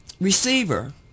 receiver